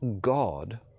God